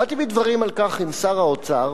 באתי בדברים על כך עם שר האוצר,